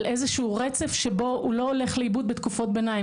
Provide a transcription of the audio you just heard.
על איזשהו רצף שבו הוא לא הולך לאיבוד בתקופת ביניים.